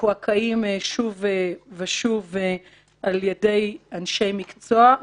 מקועקעים שוב ושוב על ידי אנשי מקצוע,